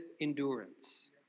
endurance